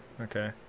okay